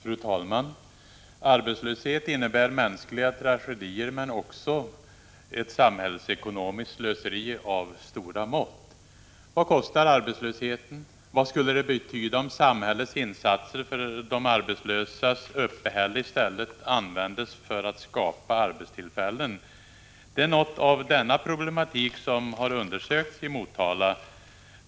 Fru talman! Arbetslösheten innebär mänskliga tragedier men också ett samhällsekonomiskt slöseri av stora mått. Vad kostar arbetslösheten, vad skulle det betyda om samhällets insatser för de arbetslösas uppehälle i stället användes för att skapa arbetstillfällen? Det är något av denna problematik som har undersökts i Motala.